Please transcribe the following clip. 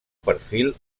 perfil